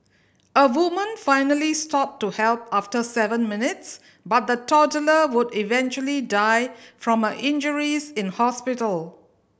a woman finally stopped to help after seven minutes but the toddler would eventually die from her injuries in hospital